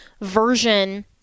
version